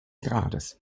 grades